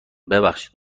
ببخشید